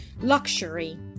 luxury